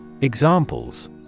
Examples